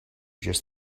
just